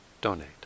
donate